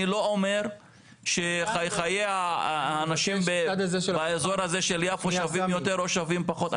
אני לא אומר שחיי האנשים באזור הזה של יפו שווים יותר או שווים פחות.